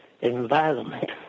environment